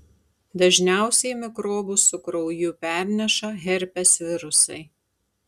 dažniausiai mikrobus su krauju perneša herpes virusai